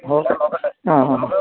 okay ആ ആ ആ